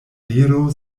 diro